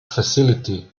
facility